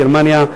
גרמניה,